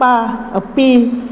अप्पा अप्पी